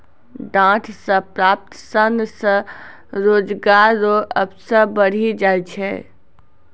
डांट से प्राप्त सन से रोजगार रो अवसर बढ़ी जाय छै